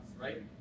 right